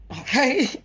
okay